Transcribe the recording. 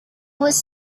was